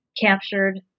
captured